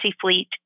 fleet